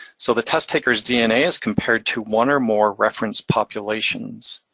so the test taker's dna is compared to one or more reference populations.